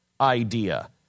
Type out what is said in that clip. idea